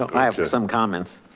i have some comments.